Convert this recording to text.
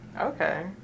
Okay